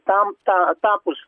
tam tą tapus